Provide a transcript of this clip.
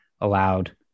allowed